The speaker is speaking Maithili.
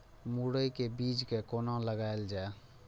मुरे के बीज कै कोना लगायल जाय?